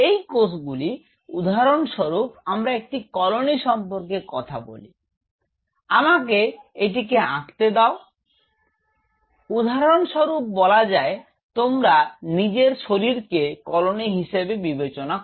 এই কোষগুলি উদাহরণস্বরূপ আমরা একটি কলোনি সম্পর্কে কথা বলি আমাকে এটিকে আঁকতে দাও উদাহরণস্বরূপ বলা যায় তোমরা নিজের শরীরকে কলোনী হিসাবে বিবেচনা কর